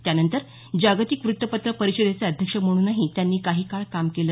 त्यानंतर जागतिक वृत्तपत्र परिषदेचे अध्यक्ष म्हणूनही त्यांनी काही काळ काम केले